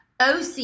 OC